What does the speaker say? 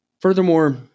Furthermore